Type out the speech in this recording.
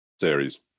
series